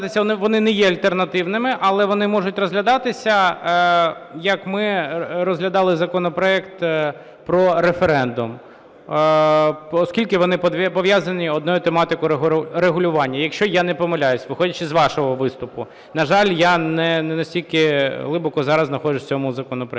Вони не є альтернативними, але вони можуть розглядатися, як ми розглядали законопроект про референдум, оскільки вони пов'язані однією тематикою регулювання. Якщо я не помиляюся, виходячи з вашого виступу. На жаль, я не настільки глибоко зараз знаходжуся в цьому законопроекті.